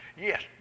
Yes